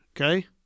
okay